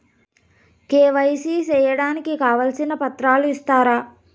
KYC సేయడానికి కావాల్సిన పత్రాలు ఇస్తారా?